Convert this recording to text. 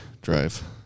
drive